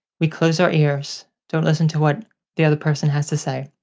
we close our ears, don't listen to what the other person has to say,